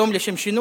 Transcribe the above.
היום, לשם שינוי,